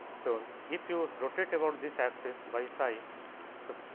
so, if you rotate about this axis by psi so,